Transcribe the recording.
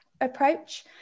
approach